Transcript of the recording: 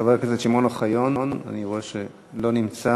חבר הכנסת שמעון אוחיון, אני רואה שהוא לא נמצא.